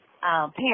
parents